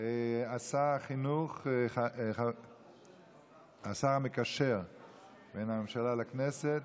שר החינוך והשר המקשר בין הממשלה לכנסת